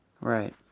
Right